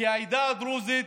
כי העדה הדרוזית